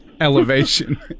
elevation